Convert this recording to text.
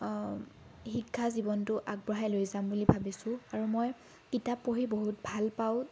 শিক্ষা জীৱনটো আগবঢ়াই লৈ যাম বুলি ভাবিছোঁ আৰু মই কিতাপ পঢ়ি বহুত ভাল পাওঁ